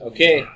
Okay